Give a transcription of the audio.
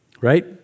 Right